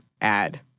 add